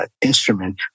instrument